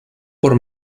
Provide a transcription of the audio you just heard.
por